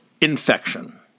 infection